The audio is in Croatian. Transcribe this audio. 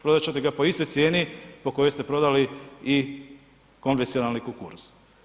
Prodat ćete ga po istoj cijeni po kojoj ste prodali i konvencionalni kukuruz.